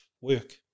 work